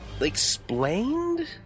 explained